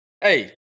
Hey